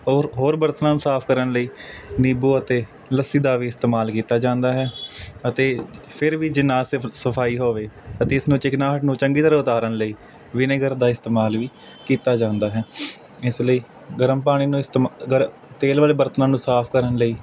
ਔਰ ਹੋਰ ਬਰਤਨਾਂ ਨੂੰ ਸਾਫ਼ ਕਰਨ ਲਈ ਨਿੰਬੂ ਅਤੇ ਲੱਸੀ ਦਾ ਵੀ ਇਸਤੇਮਾਲ ਕੀਤਾ ਜਾਂਦਾ ਹੈ ਅਤੇ ਫਿਰ ਵੀ ਜੇ ਨਾ ਸਾਫ਼ ਸਫਾਈ ਹੋਵੇ ਅਤੇ ਇਸ ਨੂੰ ਚਿਕਨਾਹਟ ਨੂੰ ਚੰਗੀ ਤਰ੍ਹਾਂ ਉਤਾਰਨ ਲਈ ਵਿਨੇਗਰ ਦਾ ਇਸਤੇਮਾਲ ਵੀ ਕੀਤਾ ਜਾਂਦਾ ਹੈ ਇਸ ਲਈ ਗਰਮ ਪਾਣੀ ਨੂੰ ਇਸਤੇਮਾ ਗਰ ਤੇਲ ਵਾਲੇ ਬਰਤਨਾਂ ਨੂੰ ਸਾਫ਼ ਕਰਨ ਲਈ